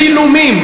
צילומים.